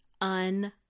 un